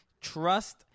trust